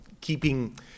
keeping